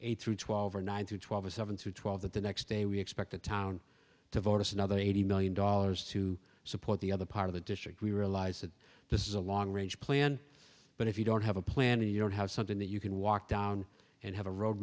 a through twelve or nine through twelve or seven through twelve that the next day we expect the town to vote us another eighty million dollars to support the other part of the district we realize that this is a long range plan but if you don't have a plan and you don't have something that you can walk down and have a road